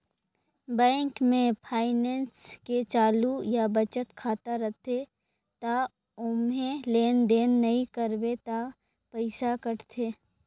bank में मइनसे के चालू या बचत खाता रथे त ओम्हे लेन देन नइ करबे त पइसा कटथे